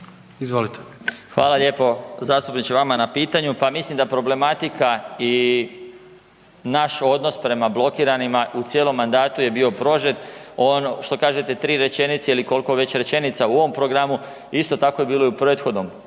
Zdravko** Hvala lijepo zastupniče vama na pitanju. Pa mislim da problematika i naš odnos prema blokiranima u cijelom mandatu je bio prožet, ono što kažete 3 rečenice ili kolko već rečenica u ovom programu, isto tako je bilo i u prethodnom